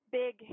big